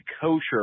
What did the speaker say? kosher